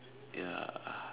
ya